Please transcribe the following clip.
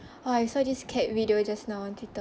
oh I saw this cat video just now on Twitter